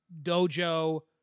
Dojo